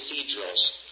cathedrals